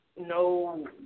no